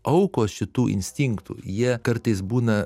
aukos šitų instinktų jie kartais būna